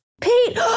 Pete